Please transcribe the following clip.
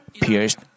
pierced